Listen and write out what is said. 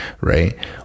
right